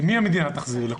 למי המדינה תחזיר?